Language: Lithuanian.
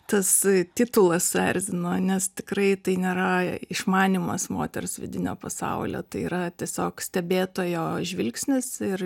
tas titulas suerzino nes tikrai tai nėra išmanymas moters vidinio pasaulio tai yra tiesiog stebėtojo žvilgsnis ir